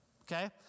Okay